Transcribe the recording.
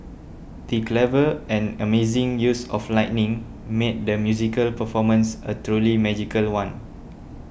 the clever and amazing use of lighting made the musical performance a truly magical one